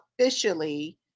officially